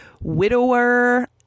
widower